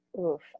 Oof